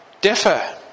differ